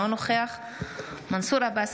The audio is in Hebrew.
אינו נוכח מנסור עבאס,